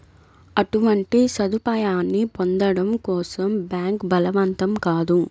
అటువంటి సదుపాయాన్ని పొందడం కోసం బ్యాంక్ బలవంతం కాదు